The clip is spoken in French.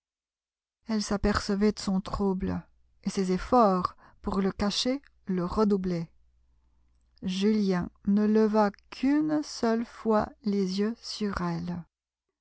elle s'apercevait de son trouble et ses efforts pour le cacher le redoublaient julien ne leva qu'une seule fois les yeux sur elle